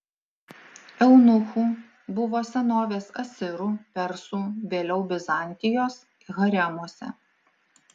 eunuchų buvo senovės asirų persų vėliau bizantijos haremuose